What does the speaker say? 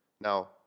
Now